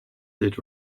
did